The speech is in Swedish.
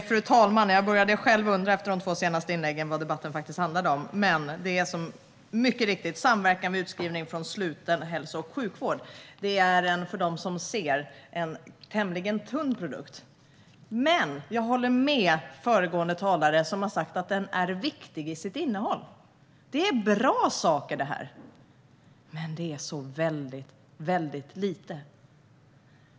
Fru talman! Efter de två senaste inläggen började jag själv undra vad debatten faktiskt handlar om, men ämnet är mycket riktigt samverkan vid utskrivning från sluten hälso och sjukvård. Jag håller här upp betänkandet, och de som ser det inser att det är en tämligen tunn produkt. Jag håller dock med föregående talare som har sagt att den är viktig i sitt innehåll. Det är bra saker, det här - men det är så väldigt, väldigt lite.